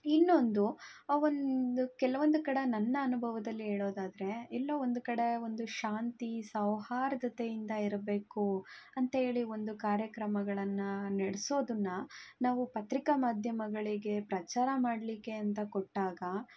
ಇನ್ನೊಂದು ಅವೊಂದು ಕೆಲವೊಂದು ಕಡ ನನ್ನ ಅನುಭವದಲ್ಲಿ ಹೇಳೋದಾದ್ರೆ ಎಲ್ಲೋ ಒಂದು ಕಡೆ ಒಂದು ಶಾಂತಿ ಸೌಹಾರ್ದತೆಯಿಂದ ಇರಬೇಕು ಅಂತ್ಹೇಳಿ ಒಂದು ಕಾರ್ಯಕ್ರಮಗಳನ್ನು ನಡೆಸೋದನ್ನ ನಾವು ಪತ್ರಿಕಾ ಮಾಧ್ಯಮಗಳಿಗೆ ಪ್ರಚಾರ ಮಾಡಲಿಕ್ಕೆ ಅಂತ ಕೊಟ್ಟಾಗ